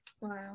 wow